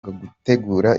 gutegura